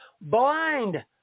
blind